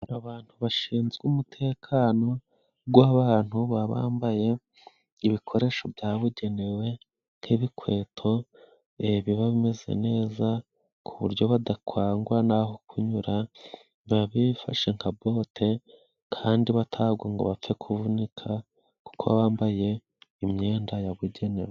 Aba bantu bashinzwe umutekano gw'abantu baba bambaye ibikoresho byabugenewe nk'ibikweto biba bimeze neza, ku buryo badakangwa naho kunyura, biba bifashe nka bote, kandi batagwa ngo bapfe kuvunika, kuko bambaye imyenda yabugenewe.